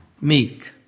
meek